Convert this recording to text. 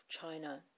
China